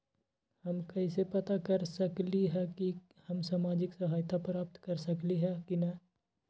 हम कैसे पता कर सकली ह की हम सामाजिक सहायता प्राप्त कर सकली ह की न?